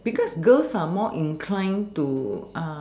because girls are more inclined to